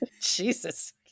Jesus